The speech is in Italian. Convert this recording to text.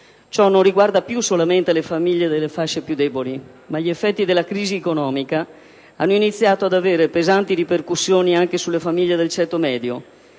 Ciò non riguarda più solamente le famiglie delle fasce più deboli, ma gli effetti della crisi economica hanno iniziato ad avere pesanti ripercussioni anche sulle famiglie del ceto medio,